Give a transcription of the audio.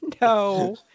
No